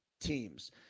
teams